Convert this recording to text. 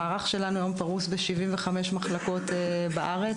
המערך שלנו היום פרוס ב-75 מחלקות בארץ.